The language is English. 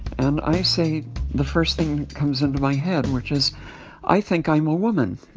and i say the first thing that comes into my head, which is i think i'm a woman.